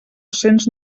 cents